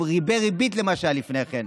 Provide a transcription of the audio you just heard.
עם ריבי ריבית למה שהיה לפני כן.